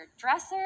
dresser